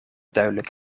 duidelijk